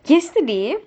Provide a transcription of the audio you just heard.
yesterday